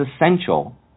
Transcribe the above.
essential